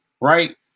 Right